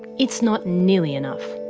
it's not nearly enough.